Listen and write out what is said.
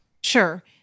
Sure